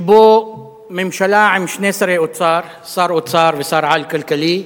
שבו ממשלה עם שני שרי אוצר, שר אוצר ושר-על כלכלי,